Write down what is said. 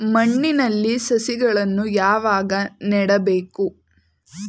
ಮಣ್ಣಿನಲ್ಲಿ ಸಸಿಗಳನ್ನು ಯಾವಾಗ ನೆಡಬೇಕು?